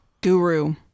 guru